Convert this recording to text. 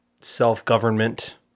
self-government